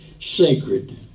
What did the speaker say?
sacred